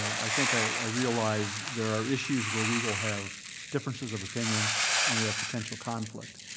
i think i realize there are issues where we will have differences of opinion and we have potential conflict.